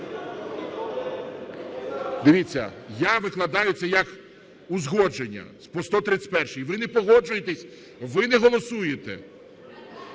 Дивіться, я викладаю це як узгодження по 131-й. Ви не погоджуєтесь – ви не голосуєте.